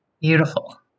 Beautiful